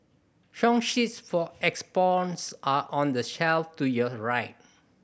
song sheets for are on the shelf to your right